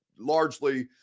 largely